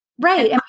Right